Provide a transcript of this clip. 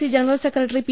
C general secretary P